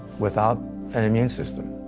without an immune system,